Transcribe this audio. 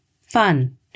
fun